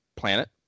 planet